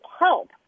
help